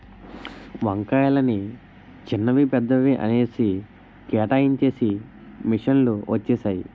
వంకాయలని చిన్నవి పెద్దవి అనేసి కేటాయించేసి మిషన్ లు వచ్చేసాయి